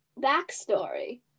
backstory